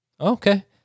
Okay